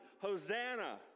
Hosanna